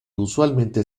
usualmente